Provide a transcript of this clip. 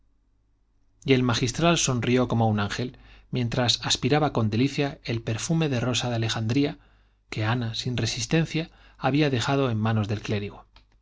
el magistral sonrió como un ángel mientras aspiraba con delicia el perfume de rosa de alejandría que ana sin resistencia había dejado en manos del clérigo